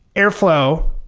airflow,